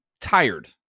tired